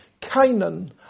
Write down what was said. Canaan